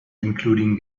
including